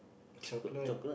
chocolate